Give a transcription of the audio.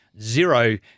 zero